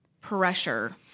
pressure